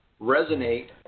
resonate